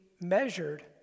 measured